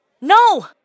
no